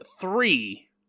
three